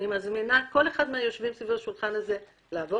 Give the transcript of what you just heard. אני מזמינה כל אחד מהיושבים סביב השולחן הזה לעבור